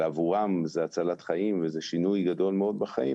ועבורם זו הצלת חיים וזה שינוי גדול מאוד בחיים